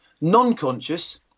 non-conscious